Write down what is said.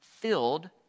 filled